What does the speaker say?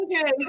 Okay